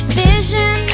vision